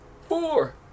Four